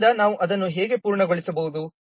ಆದ್ದರಿಂದ ನಾವು ಅದನ್ನು ಹೇಗೆ ಪೂರ್ಣಗೊಳಿಸಬಹುದು